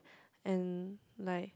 and like